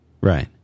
Right